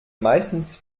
meistens